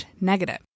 negative